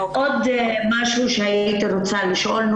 עוד משהו שהייתי רוצה לשאול,